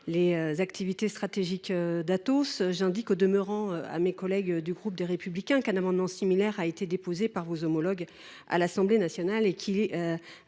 les activités stratégiques d’Atos. J’indique, au demeurant, à mes collègues du groupe Les Républicains, qu’un amendement similaire a été déposé par leurs homologues à l’Assemblée nationale. Ce